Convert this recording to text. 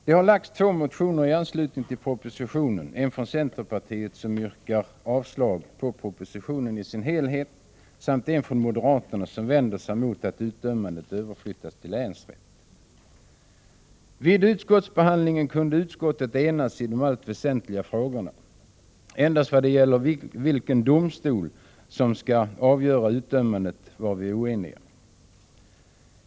Det har väckts två motioner i anslutning till propositionen — en från centerpartiet, som yrkar avslag på propositionen i sin helhet, samt en från moderaterna, som vänder sig mot att utdömandet överflyttas till länsrätt. Vid utskottsbehandlingen kunde utskottet enas i de väsentliga frågorna. Endast vad det gäller vilken domstol som skall avgöra utdömandet var vi oeniga.